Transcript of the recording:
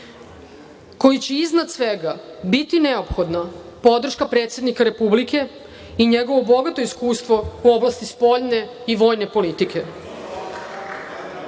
kojoj će iznad svega biti neophodno podrška predsednika Republike njegovo bogato iskustvo u oblasti spoljne i vojne politike. Ostaćemo